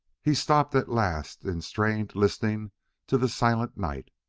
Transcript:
he stopped at last in strained listening to the silent night.